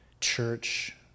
church